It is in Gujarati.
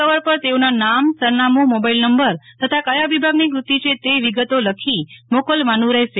કવર પર તેઓના નામ સરનામુ મોબાઇલ નંબર તથા કથા વિભાગની દૃતિ છે તે વિગતો લખી મોકલવાનું રહેશ